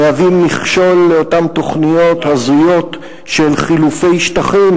מהווים מכשול לאותן תוכניות הזויות של חילופי שטחים